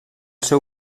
seu